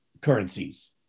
currencies